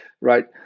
right